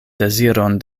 deziron